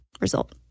result